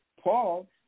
Paul